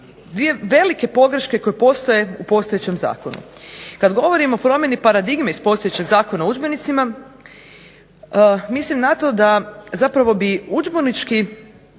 dvije velike pogreške po nama koje postoje u postojećem zakonu. Kada govorim o promjeni paradigme iz postojećeg Zakona o udžbenicima mislim na to da bi zapravo Udžbenički